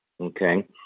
okay